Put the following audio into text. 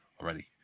already